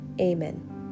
Amen